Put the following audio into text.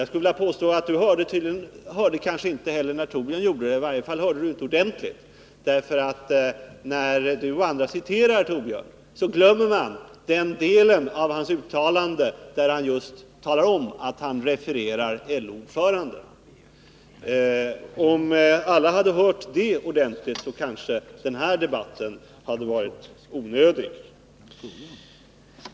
Sune Johansson kanske inte heller hörde, eller i varje fall inte tillräckligt ordentligt hörde, när Thorbjörn Fälldin gjorde det. När Sune Johansson och andra citerar Thorbjörn Fälldin glömmer man den del av hans uttalande där han just talar om att han refererar LO-ordföranden. Om alla hade hört detta ordentligt, kanske den här debatten hade varit onödig.